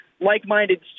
like-minded